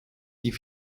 die